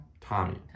Tommy